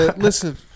Listen